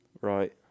Right